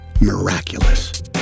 miraculous